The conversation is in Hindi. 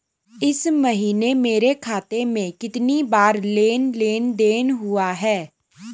इस महीने मेरे खाते में कितनी बार लेन लेन देन हुआ है?